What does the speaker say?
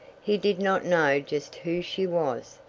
he did not know just who she was,